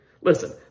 Listen